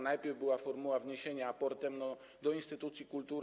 Najpierw była formuła wniesienia aportem do instytucji kultury.